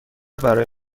برای